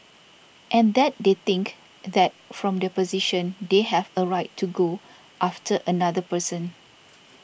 and that they think that from their position they have a right to go after another person